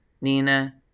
Nina